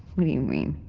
what do you mean?